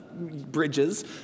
bridges